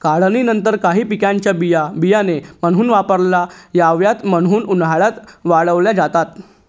काढणीनंतर काही पिकांच्या बिया बियाणे म्हणून वापरता याव्यात म्हणून उन्हात वाळवल्या जातात